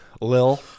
lil